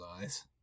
eyes